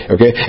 Okay